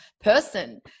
person